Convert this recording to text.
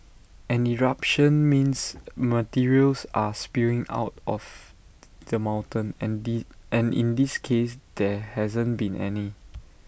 an eruption means materials are spewing out of the mountain and in and in this case there hasn't been any